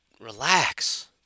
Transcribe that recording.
relax